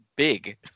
big